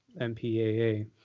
MPAA